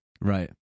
Right